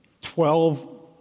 Twelve